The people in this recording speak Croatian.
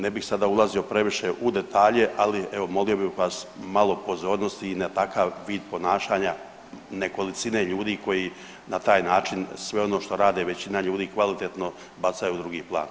Ne bih sada ulazio previše u detalje, ali evo molio bih vas malo pozornosti i na takav vid ponašanja nekolicine ljudi koji na taj način sve ono što rade većina ljudi kvalitetno baca u drugi plan.